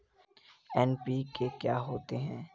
NPK क्या होता है?